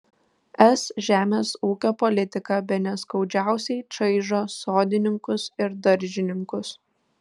es žemės ūkio politika bene skaudžiausiai čaižo sodininkus ir daržininkus